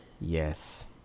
yes